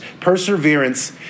Perseverance